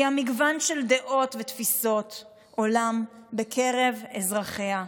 המגוון של דעות ותפיסות עולם בקרב אזרחיה.